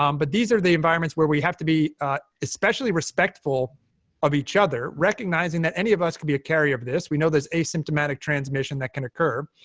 um but these are the environments where we have to be especially respectful of each other, recognizing that any of us can be a carrier of this. we know there's asymptomatic transmission that can occur,